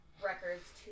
Records